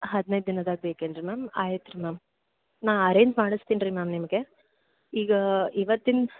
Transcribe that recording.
ಹದ್ನೈದು ದಿನದಾಗ ಬೇಕೇನು ರೀ ಮ್ಯಾಮ್ ಆಯ್ತು ರೀ ಮ್ಯಾಮ್ ನಾನು ಅರೇಂಜ್ ಮಾಡಿಸ್ತೇನೆ ರೀ ಮ್ಯಾಮ್ ನಿಮಗೆ ಈಗ ಇವತ್ತಿಂದ